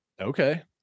Okay